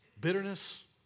bitterness